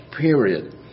period